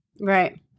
Right